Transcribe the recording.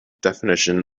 definition